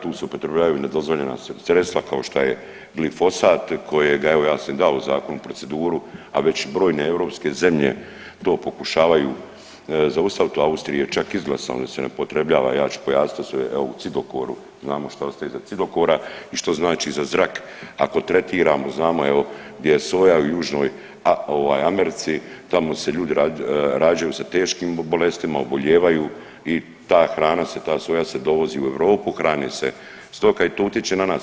Tu su upotrebljavaju nedozvoljena sredstva, kao što je glifosat, kojega, evo, ja sam dao zakon u proceduru, a već brojne europske zemlje to pokušavaju zaustaviti, Austrija je čak izglasala da se ne upotrebljava, ja ću pojasniti to sve, evo u cidokoru, znamo što ostaje iza cidokora i šta znači za zrak ako tretiramo, znamo, evo, gdje je soja u Južnoj Americi, tamo se ljudi rađaju sa teškim bolestima, obolijevaju i ta hrana se, ta soja se dovozi u Europu, hrane se stoka i to utječe na nas.